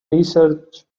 research